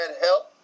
help